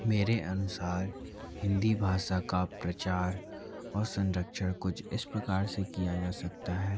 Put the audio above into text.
मेरे अनुसार हिंदी भाषा का प्रचार और संरक्षण कुछ इस प्रकार से किया जा सकता है